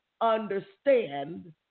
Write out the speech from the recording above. understand